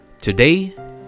Today